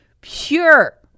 pure